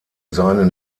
seinen